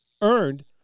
earned